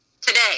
today